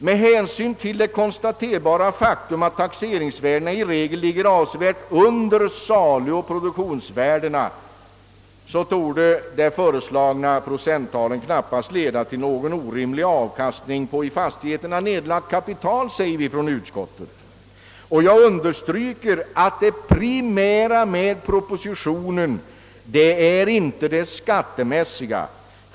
Med hänsyn till det konstaterbara faktum att taxeringsvärdena i regel ligger avsevärt under saluoch produktionsvärdena torde de föreslagna procenttalen knappast leda till någon orimlig avkastning på i fastigheterna nedlagt kapital, påpekar vi i utskottsbetänkandet. Jag understryker att det primära med propositionen inte är det skattemässiga.